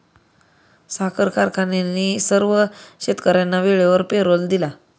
साखर कारखान्याने सर्व शेतकर्यांना वेळेवर पेरोल दिला